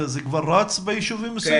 זה כבר רץ ביישובים מסוימים?